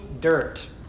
dirt